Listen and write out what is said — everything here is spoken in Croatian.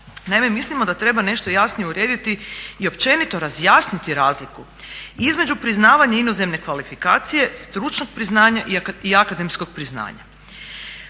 Naime, mislimo da treba nešto jasnije urediti i općenito razjasniti razliku između priznavanja inozemne kvalifikacije, stručnog priznanja i akademskog priznanja.